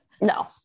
No